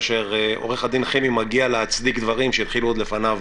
כאשר עו"ד חימי מגיע להצדיק דברים שהתחילו עוד לפניו,